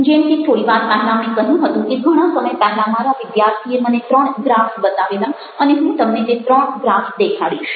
જેમ કે થોડી વાર પહેલાં મેં કહ્યું હતું કે ઘણા સમય પહેલાં મારા વિદ્યાર્થીએ મને ત્રણ ગ્રાફ બતાવેલા અને હું તમને તે ત્રણ ગ્રાફ દેખાડીશ